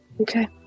Okay